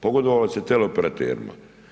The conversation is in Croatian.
Pogodovali ste teleoperaterima.